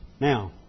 Now